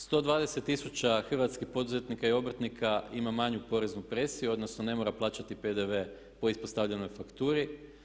120 tisuća hrvatskih poduzetnika i obrtnika ima manju poreznu presiju odnosno ne mora plaćati PDV po ispostavljenoj fakturi.